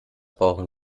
brauchen